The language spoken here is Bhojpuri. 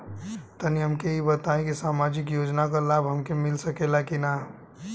तनि हमके इ बताईं की सामाजिक योजना क लाभ हमके मिल सकेला की ना?